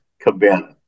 Cabana